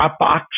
Dropbox